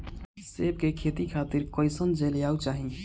सेब के खेती खातिर कइसन जलवायु चाही?